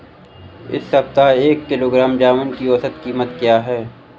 इस सप्ताह एक किलोग्राम जामुन की औसत कीमत क्या है?